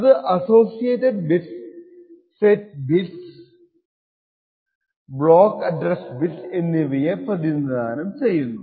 അത് associated bits set bits block address bits എന്നിവയെ പ്രതിനിധാനം ചെയ്യുന്നു